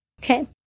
Okay